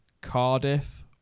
Cardiff